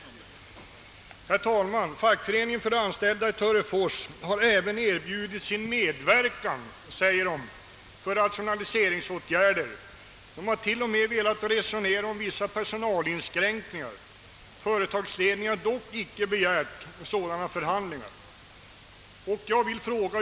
De anställdas fackförening i Törefors har även erbjudit sin medverkan för rationaliseringsåtgärder. De har t.o.m. velat resonera om vissa personalinskränkningar. Företagsledningen har dock inte begärt sådana förhandlingar.